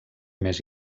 més